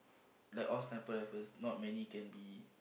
like all sniper rifles not many can be